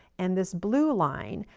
and this blue line.